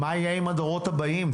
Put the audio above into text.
מה יהיה עם הדורות הבאים?